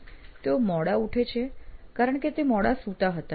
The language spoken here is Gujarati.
તેઓ મોડા ઉઠે છે કારણ કે તેઓ મોડા સૂતા હતા